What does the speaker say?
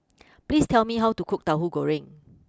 please tell me how to cook Tauhu Goreng